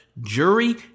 jury